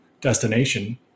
destination